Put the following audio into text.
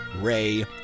Ray